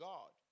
God